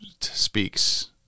speaks